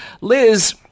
liz